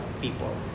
people